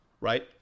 right